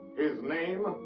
his name?